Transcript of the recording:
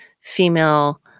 female